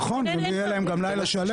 נכון, גם יהיה להם לילה שלם.